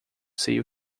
sei